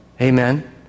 Amen